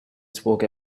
spoke